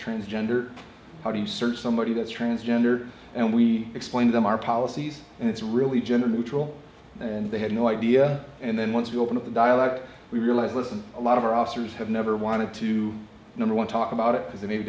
transgender how do you search somebody that's transgender and we explained them our policies and it's really gender neutral and they had no idea and then once you open up a dialogue we realize listen a lot of our officers have never wanted to know or want talk about it because they